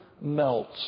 melts